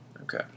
Okay